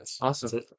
Awesome